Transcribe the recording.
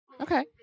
Okay